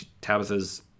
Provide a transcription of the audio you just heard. Tabitha's